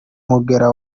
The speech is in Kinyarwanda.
mugera